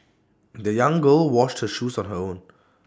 the young girl washed her shoes on her own